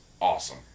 awesome